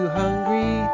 hungry